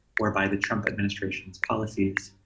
or by the trump administration's policies,